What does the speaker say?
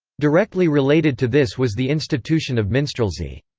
directly related to this was the institution of minstrelsy.